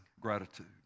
gratitude